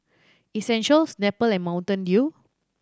Essential Snapple and Mountain Dew